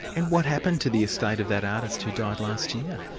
and what happened to the estate of that artist who died last year?